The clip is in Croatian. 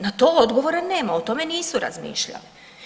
Na to odgovora nema, o tome nisu razmišljali.